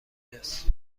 جاست